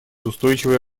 устойчивое